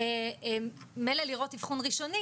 העובדים הסוציאליים